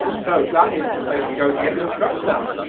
so that is the place to go to get your scratch sounds.